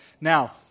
Now